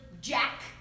Jack